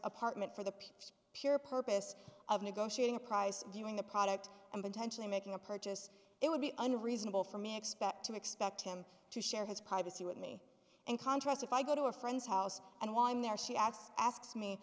apartment for the pure purpose of negotiating a prize viewing the product and potentially making a purchase it would be unreasonable for me expect to expect him to share his privacy with me and contract if i go to a friend's house and while i'm there she adds asks me